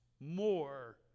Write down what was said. more